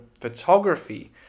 photography